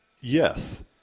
Yes